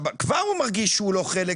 כבר הוא מרגיש שהוא לא חלק